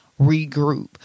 regroup